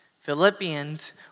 Philippians